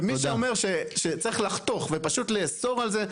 ומי שאומר שצריך לחתוך ופשוט לאסור על זה,